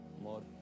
more